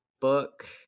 book